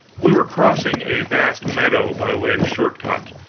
we were crossing a vast meadow by way of short-cut,